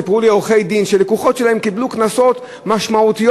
סיפרו לי עורכי-דין שלקוחות שלהם קיבלו קנסות משמעותיים